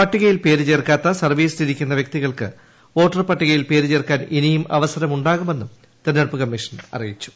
പട്ടികയിൽ പേര് ചേർക്കാത്ത സർവ്വീസിൽ ഇരിക്കുന്ന വ്യക്തികൾക്ക് വോട്ടർപട്ടികയിൽ പേര് ചേർക്കാൻ ഇനിയും അവസരം ഉണ്ടെന്ന് തിരഞ്ഞെടുപ്പു കമ്മീഷൻ അറിയിച്ചു